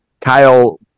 kyle